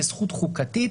כזכות חוקתית,